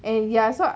and ya so